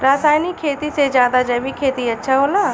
रासायनिक खेती से ज्यादा जैविक खेती अच्छा होला